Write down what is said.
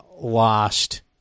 lost